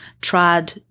tried